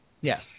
Yes